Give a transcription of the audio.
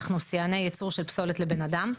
אנחנו שיאני ייצור הפוסלת לבן אדם,